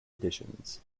editions